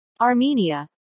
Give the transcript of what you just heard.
Armenia